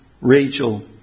Rachel